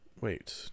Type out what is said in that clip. wait